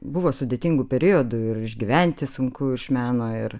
buvo sudėtingų periodų ir išgyventi sunku iš meno ir